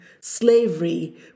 slavery